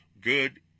good